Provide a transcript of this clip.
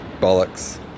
bollocks